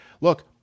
look